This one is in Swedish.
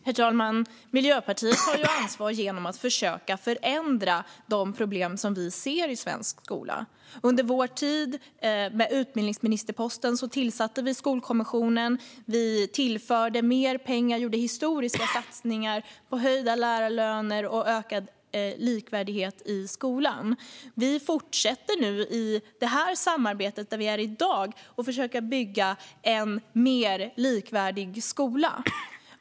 Herr talman! Miljöpartiet tar ju ansvar genom att försöka förändra där vi ser problem i svensk skola. Under vår tid med utbildningsministerposten tillsatte vi Skolkommissionen. Vi tillförde mer pengar och gjorde historiska satsningar på höjda lärarlöner och ökad likvärdighet i skolan. Vi fortsätter nu, i det samarbete där vi ingår i dag, att försöka bygga en mer likvärdig skola.